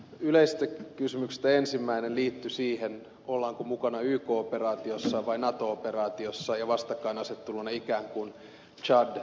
yleisistä kysymyksistä ensimmäinen liittyi siihen ollaanko mukana yk operaatiossa vai nato operaatiossa ja nähtiin ikään kuin vastakkainasetteluna tsad ja afganistan